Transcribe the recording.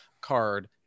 card